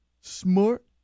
Smart